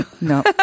no